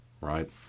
right